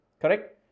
correct